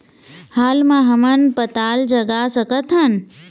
हाल मा हमन पताल जगा सकतहन?